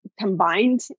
combined